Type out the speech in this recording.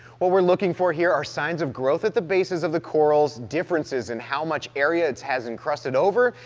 what we're looking for here are signs of growth at the bases of the corals, differences in how much area it has encrusted over,